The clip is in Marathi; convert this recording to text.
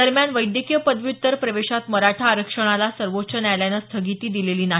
दरम्यान वैद्यकीय पदव्युत्तर प्रवेशात मराठा आरक्षणाला सर्वोच्च न्यायालयानं स्थगिती दिलेली नाही